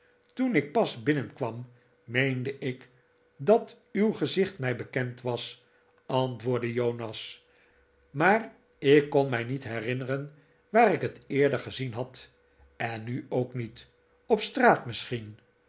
toen ik pas binnenkwam meende ik r dat uw gezicht mij bekend was antwoordde jonas maar ik kon mij niet herinneren t waar ik het gezien had en nu ook niet op straat misschien